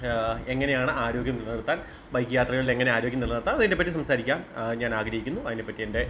എങ്ങനെയാണ് ആരോഗ്യം നിലനിർത്താൻ ബൈക്ക് യാത്രകളിൽ എങ്ങനെ ആരോഗ്യം നിലനിർത്താം അതിനെപ്പറ്റി സംസാരിക്കാം ഞാൻ ആഗ്രഹിക്കുന്നു അതിനെപ്പറ്റി എൻ്റെ